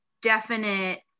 definite